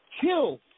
killed